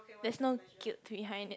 there's no guilt behind it